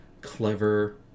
clever